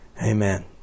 Amen